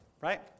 Right